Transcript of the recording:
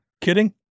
kidding